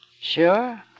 Sure